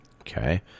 Okay